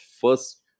first